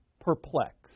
perplexed